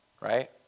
Right